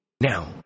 Now